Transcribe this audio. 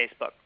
Facebook